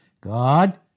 God